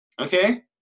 Okay